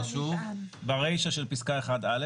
ברישה של פסקה 1א,